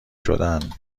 شدن